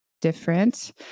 different